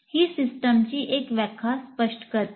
ही सिस्टमची एक व्याख्या स्पष्ट करते